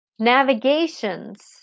Navigations